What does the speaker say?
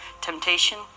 temptation